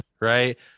right